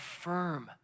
firm